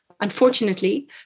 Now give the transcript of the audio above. unfortunately